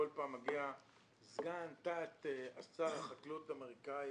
כל פעם מגיע סגן או תת שר החקלאות האמריקאי